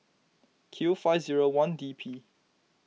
Q five zero one D P